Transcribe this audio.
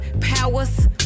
powers